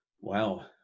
Wow